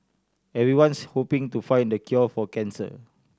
everyone's hoping to find the cure for cancer